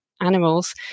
animals